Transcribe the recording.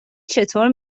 چطور